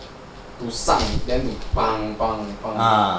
你 suck then 你